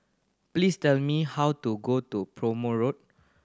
please tell me how to go to Prome Road